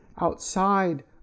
outside